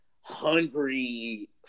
hungry